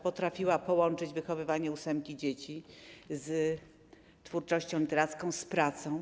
Potrafiła połączyć wychowywanie ósemki dzieci z twórczością literacką, z pracą.